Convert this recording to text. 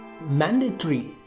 mandatory